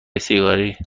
سیگاری